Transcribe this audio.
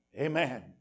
Amen